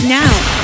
now